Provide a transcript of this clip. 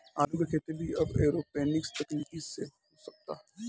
आलू के खेती भी अब एरोपोनिक्स तकनीकी से हो सकता